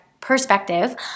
perspective